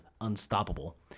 Unstoppable